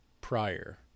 prior